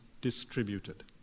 distributed